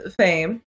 fame